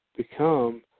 Become